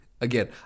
again